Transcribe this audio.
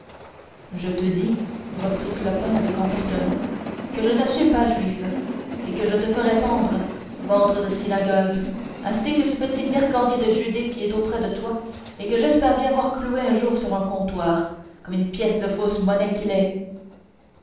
je te dis reprit clopin avec emportement que je ne suis pas juif et que je te ferai pendre ventre de synagogue ainsi que ce petit marcandier de judée qui est auprès de toi et que j'espère bien voir clouer un jour sur un comptoir comme une pièce de fausse monnaie qu'il est